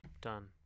done